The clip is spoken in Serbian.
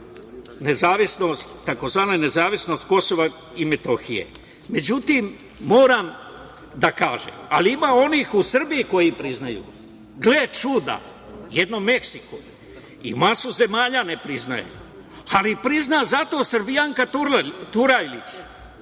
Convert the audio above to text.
priznao tzv. nezavisnost Kosova i Metohije. Međutim, moram da kažem, ima onih u Srbiji koji ga priznaju. Gle čuda, jedno Meksiko i masa zemalja ne priznaju, ali priznaje zato Srbijanka Turajlić,